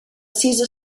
cisa